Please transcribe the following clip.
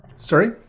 Sorry